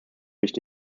nicht